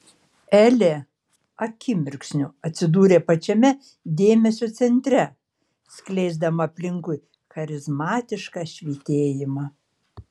elė akimirksniu atsidūrė pačiame dėmesio centre skleisdama aplinkui charizmatišką švytėjimą